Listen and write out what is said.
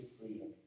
freedom